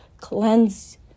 cleanse